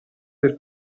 del